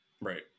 Right